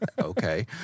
Okay